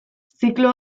ziklo